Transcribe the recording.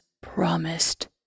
promised